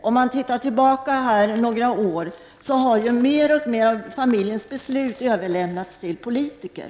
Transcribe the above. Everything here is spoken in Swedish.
Om man ser tillbaka några år, finner man att mer och mer av familjens beslut har överlämnats till politiker.